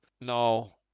No